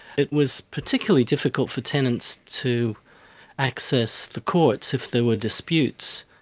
it was particularly difficult for tenants to access the courts if there were disputes.